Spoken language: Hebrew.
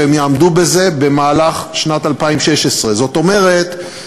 והם יעמדו בזה במהלך שנת 2016. זאת אומרת,